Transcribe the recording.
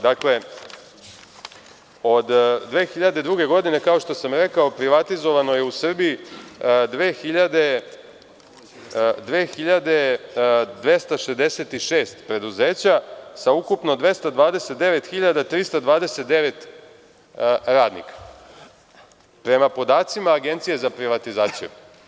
Dakle, od 2002. godine, kao što sam rekao, privatizovano je u Srbiji 2266 preduzeća sa ukupno 229.329 radnika, prema podacima Agencije za privatizaciju.